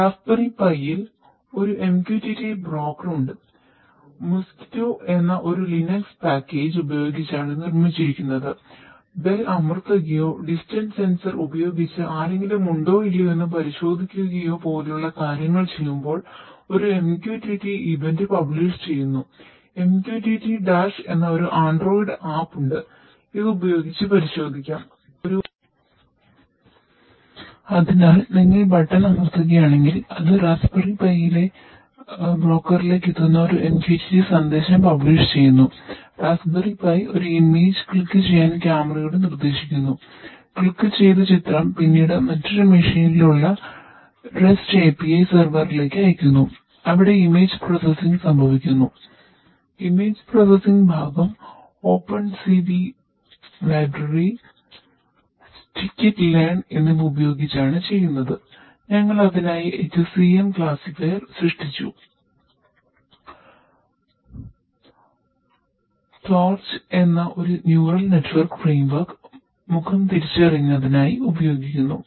raspberry പൈയിൽ മുഖം തിരിച്ചറിയാനായി ഉപയോഗിക്കുന്നു